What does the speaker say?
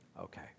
Okay